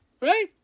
Right